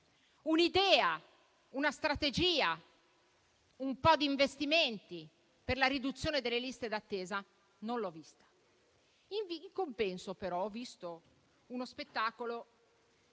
un'idea, una strategia, un po' di investimenti per la riduzione delle liste d'attesa non l'ho vista. In compenso, però, ho visto uno spettacolo